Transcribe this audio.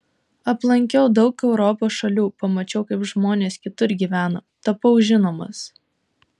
aplankiau daug europos šalių pamačiau kaip žmonės kitur gyvena tapau žinomas